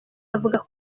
avuga